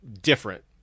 different